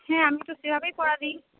হ্যাঁ আমি তো সেভাবেই পড়া দিই